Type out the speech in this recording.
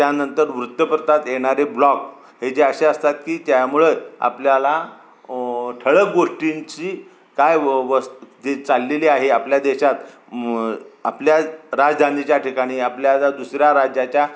त्यानंतर वृत्तपत्रात येणारे ब्लॉग हे जे असे असतात की त्यामुळं आपल्याला ठळक गोष्टींची काय व वस्तूस्थिती चाललेली आहे आपल्या देशात म आपल्या राजधानीच्या ठिकाणी आपल्या दुसऱ्या राज्याच्या